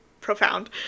profound